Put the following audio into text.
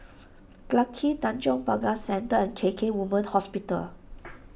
Clarke Tanjong Pagar Centre and K K Women's Hospital